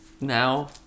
now